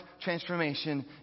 transformation